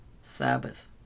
Sabbath